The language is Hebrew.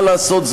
מה לעשות?